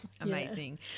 amazing